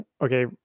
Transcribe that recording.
Okay